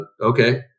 Okay